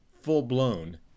full-blown